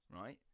right